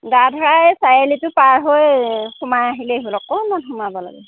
দাধৰা এই চাৰিআলিটো পাৰ হৈ সোমাই আহিলেই হ'ল অকণমান সোমাব লাগে